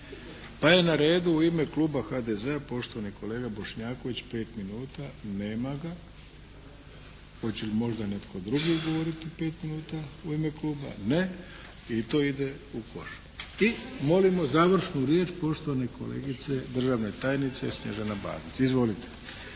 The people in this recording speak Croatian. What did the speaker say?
Pa je na redu u ime kluba HDZ-a, poštovani kolega Bošnjaković, 5 minuta. Nema ga. Hoće li možda netko drugi govoriti 5 minuta u ime kluba? I to ide u koš. I molimo završnu riječ poštovane kolegice državna tajnice Snježana Bagić. Izvolite.